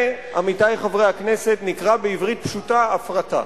זה, עמיתי חברי הכנסת, נקרא בעברית פשוטה "הפרטה".